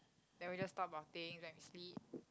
then we just talk about things then we sleep